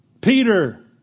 Peter